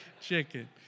chicken